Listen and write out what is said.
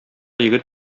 егет